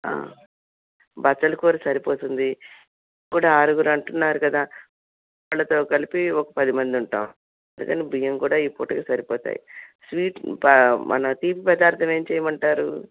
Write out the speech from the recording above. బచ్చలి కూర సరిపోతుంది ఇప్పుడు ఆరుగురు అంటున్నారు కదా వాళ్ళతో కలిపి ఒక పదిమంది ఉంటాము అందుకని బియ్యం కూడా ఈ పూటకి సరిపోతాయి స్వీట్ ప మన తీపి పదార్థం ఏం చేయమంటారు